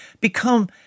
become